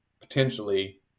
potentially